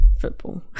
football